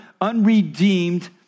unredeemed